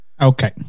Okay